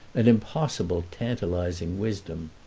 an impossible tantalising wisdom.